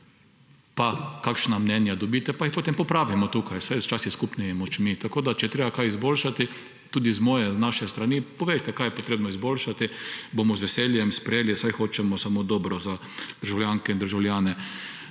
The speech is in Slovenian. kakšna mnenja dobite, pa jih potem popravimo tukaj s skupnimi močmi, vsaj včasih. Če je treba kaj izboljšati tudi z moje, naše strani, povejte, kaj je potrebno izboljšati, bomo z veseljem sprejeli, saj hočemo samo dobro za državljanke in državljane.